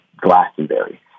Glastonbury